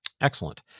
Excellent